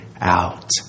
out